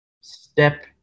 step